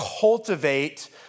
cultivate